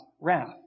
wrath